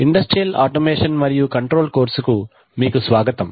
industrial automation మరియు control కోర్సుకు మీకు స్వాగతం